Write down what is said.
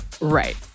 Right